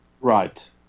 right